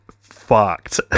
fucked